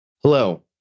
Hello